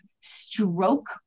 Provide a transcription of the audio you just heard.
stroke